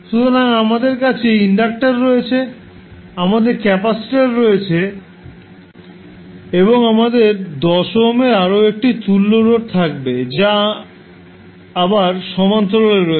সুতরাং আমাদের কাছে ইন্ডাক্টার রয়েছে আমাদের ক্যাপাসিটার রয়েছে এবং আমাদের 10 ওহমের আরও একটি তুল্য রোধ থাকবে যা আবার সমান্তরালে রয়েছে